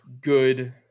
good –